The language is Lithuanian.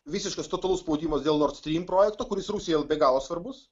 visiškas totalus spaudimas dėl nord strym projekto kuris rusijai be galo svarbus